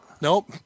Nope